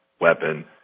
weapon